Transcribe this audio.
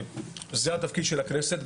שזה התפקיד של הכנסת,